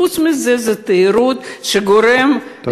חוץ מזה, זו תיירות שתורמת, טוב.